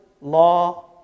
Law